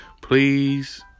please